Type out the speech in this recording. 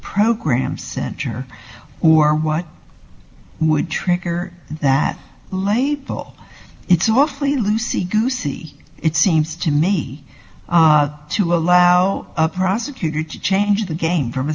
program center or what would trigger that label it's awfully lucy goosey it seems to me to allow a prosecutor to change the game from a